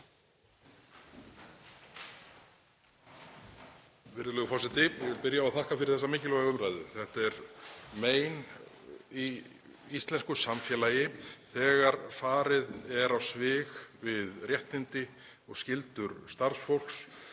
Virðulegur forseti. Ég vil byrja á að þakka fyrir þessa mikilvægu umræðu. Þetta er mein í íslensku samfélagi þegar farið er á svig við réttindi og skyldur starfsfólks.